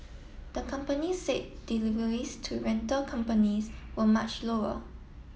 the company said deliveries to rental companies were much lower